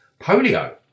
polio